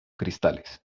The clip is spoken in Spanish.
cristales